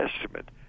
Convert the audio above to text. Testament